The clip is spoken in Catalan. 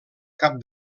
cap